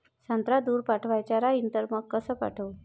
संत्रा दूर पाठवायचा राहिन तर मंग कस पाठवू?